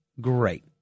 great